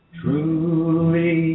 truly